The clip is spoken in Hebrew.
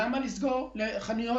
למה צריך לסגור אותן?